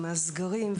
מהסגרים,